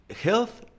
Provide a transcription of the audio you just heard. health